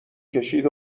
کشید